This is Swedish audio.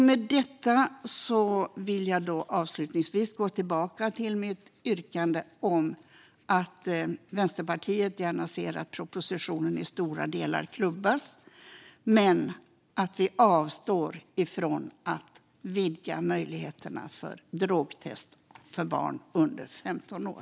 Med detta vill jag avslutningsvis gå tillbaka till mitt yrkande om att Vänsterpartiet gärna ser att propositionen i stora delar klubbas men att vi avstår från att vidga möjligheterna till drogtest av barn under 15 år.